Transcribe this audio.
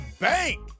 bank